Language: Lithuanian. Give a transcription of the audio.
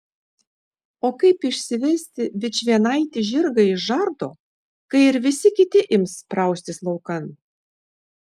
o kaip išsivesti vičvienaitį žirgą iš žardo kai ir visi kiti ims spraustis laukan